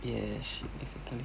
yes